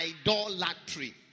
idolatry